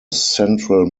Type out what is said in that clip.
central